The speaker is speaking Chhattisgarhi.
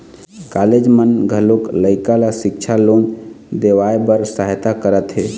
कॉलेज मन घलोक लइका ल सिक्छा लोन देवाए बर सहायता करत हे